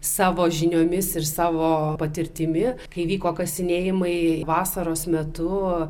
savo žiniomis ir savo patirtimi kai vyko kasinėjimai vasaros metu